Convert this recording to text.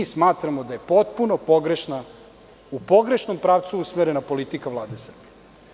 Smatramo da je potpuno pogrešna, u pogrešnom pravcu usmerena politika Vlade Srbije.